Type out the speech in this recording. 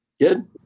Good